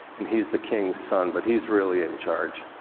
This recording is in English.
and he's the king's son. but he's really in charge.